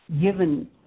given